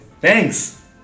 Thanks